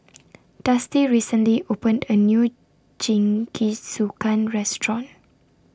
Dusty recently opened A New Jingisukan Restaurant